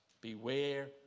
beware